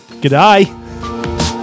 Goodbye